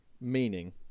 Meaning